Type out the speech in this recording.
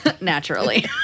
Naturally